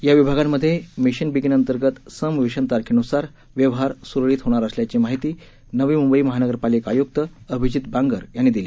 या विभागांमध्ये mission begin अंतर्गत सम विषम तारखेन्सार व्यवहार स्रळीत होणार असल्याची माहिती नवी म्ंबई महानगरपालिका आय्क्त अभिजीत बांगर यांनी दिली